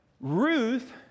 Ruth